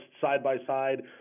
side-by-side